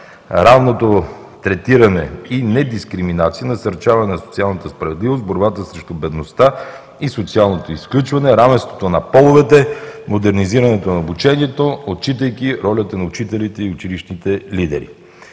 равното третиране и недискриминация, насърчаване на социалната справедливост в борбата срещу бедността и социалното изключване, равенството на половете, модернизирането на обучението, отчитайки ролята на учителите и училищните лидери.